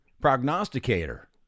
prognosticator